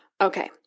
Okay